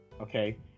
okay